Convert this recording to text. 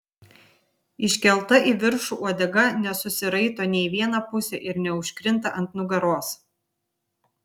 iškelta į viršų uodega nesusiraito nė į vieną pusę ir neužkrinta ant nugaros